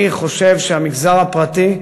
אני חושב שהמגזר הפרטי,